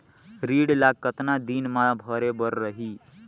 ऋण ला कतना दिन मा भरे बर रही?